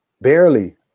barely